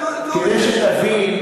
כדי שתבין,